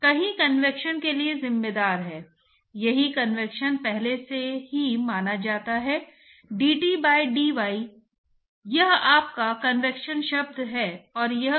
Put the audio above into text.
इसलिए सीमा परत के अंदर कोई भी ट्रांसपोर्ट प्रोसेस प्रवाह की प्रकृति का एक मजबूत फंक्शन होने जा रहा है